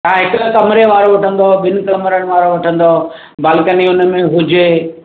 तव्हां हिकिड़े कमिरे वारो वठंदो ॿिनि कमरनि वारो वठंदो बालकनी हुनमें हुजे